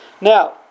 Now